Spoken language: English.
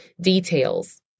details